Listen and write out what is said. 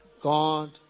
God